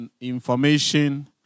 information